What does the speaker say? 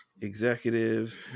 executives